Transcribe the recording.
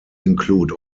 include